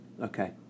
Okay